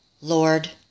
Lord